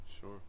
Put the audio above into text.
sure